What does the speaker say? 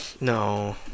No